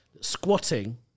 squatting